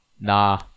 nah